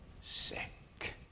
sick